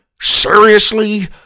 Seriously